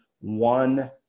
one